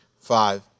five